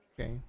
okay